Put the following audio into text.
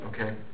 Okay